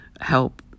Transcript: help